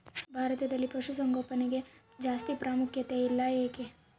ಭಾರತದಲ್ಲಿ ಪಶುಸಾಂಗೋಪನೆಗೆ ಜಾಸ್ತಿ ಪ್ರಾಮುಖ್ಯತೆ ಇಲ್ಲ ಯಾಕೆ?